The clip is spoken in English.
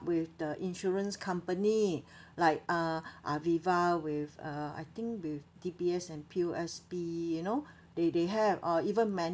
with the insurance company like uh Aviva with uh I think with D_B_S and P_O_S_B you know they they have or even Manulife